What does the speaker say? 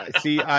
See